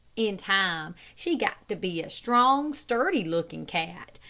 in time she got to be a strong, sturdy-looking cat,